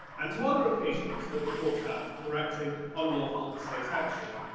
and to other occasions that the courts have correcting unlawful state action.